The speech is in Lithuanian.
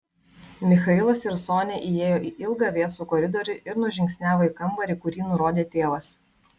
michailas ir sonia įėjo į ilgą vėsų koridorių ir nužingsniavo į kambarį kurį nurodė tėvas